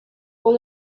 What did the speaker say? con